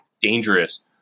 dangerous